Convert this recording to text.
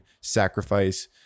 Sacrifice